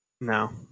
No